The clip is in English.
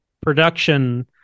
production